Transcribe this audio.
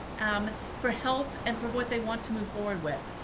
um for health and for what they want to move forward with.